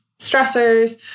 stressors